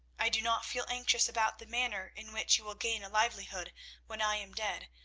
i do not feel anxious about the manner in which you will gain a livelihood when i am dead,